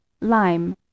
lime